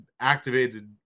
activated